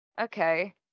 okay